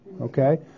okay